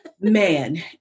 Man